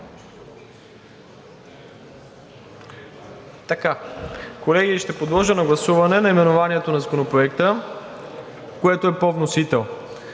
Колеги, ще подложа на гласуване наименованието на Законопроекта, което е по вносител: